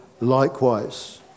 likewise